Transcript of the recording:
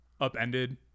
upended